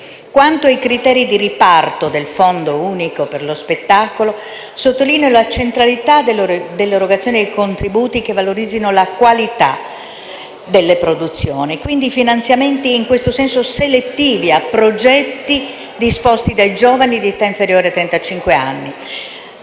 Quanto ai criteri di riparto del Fondo unico per lo spettacolo, sottolineo la centralità dell'erogazione di contributi che valorizzino la qualità delle produzioni e, quindi, finanziamenti in questo senso selettivi a progetti disposti dai giovani di età inferiore ai